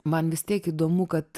man vis tiek įdomu kad